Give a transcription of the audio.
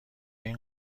این